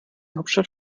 hauptstadt